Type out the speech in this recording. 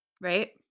right